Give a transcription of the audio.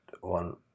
one